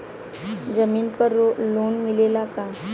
जमीन पर लोन मिलेला का?